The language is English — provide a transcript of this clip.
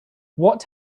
what